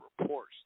reports